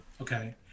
Okay